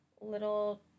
little